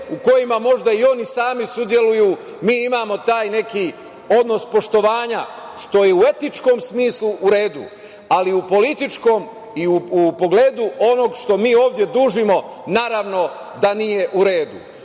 u kojima možda i oni sami sudeluju mi imamo taj neki odnos poštovanja što je u etičkom smislu u redu, ali i u političkom i u pogledu onog što mi ovde dužimo naravno da nije u